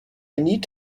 need